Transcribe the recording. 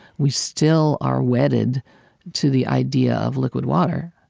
we still are wedded to the idea of liquid water,